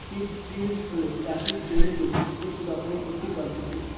seed drill হল চাষের জমিতে বীজ বপনের একটি পদ্ধতি